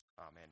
Amen